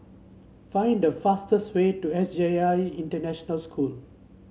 find the fastest way to S J I International School